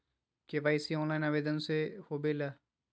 KYC online आवेदन से होवे ला?